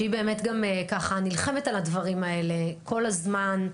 שהיא באמת גם נלחמת על הדברים האלה כל הזמן.